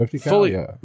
Fully